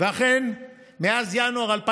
ואכן, מאז ינואר 2011